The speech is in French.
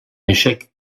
échec